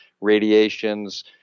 radiations